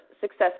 Success